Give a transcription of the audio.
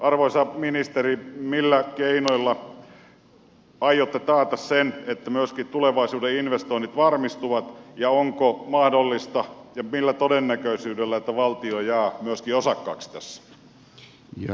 arvoisa ministeri millä keinoilla aiotte taata sen että myöskin tulevaisuuden investoinnit varmistuvat ja onko mahdollista ja millä todennäköisyydellä että valtio jää myöskin osakkaaksi tässä